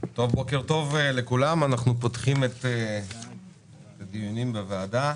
בוקר טוב לכולם, אנחנו פותחים את הדיונים בוועדה.